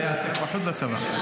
הוא היה עסוק פחות בצבא.